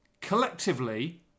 collectively